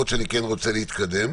למרות שאני רוצה להתקדם.